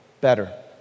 better